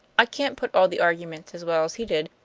i can't put all the arguments as well as he did,